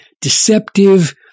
deceptive